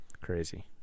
Crazy